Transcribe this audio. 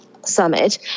summit